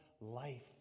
life